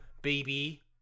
baby